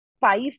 five